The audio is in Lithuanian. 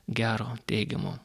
gero teigiamo